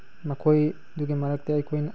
ꯃꯈꯣꯏꯗꯨꯒꯤ ꯃꯔꯛꯇ ꯑꯩꯈꯣꯏꯅ